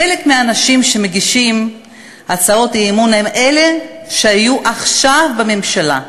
חלק מהאנשים שמגישים הצעות אי-אמון הם אלה שהיו עד עכשיו בממשלה.